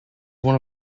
one